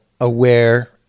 aware